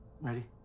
Ready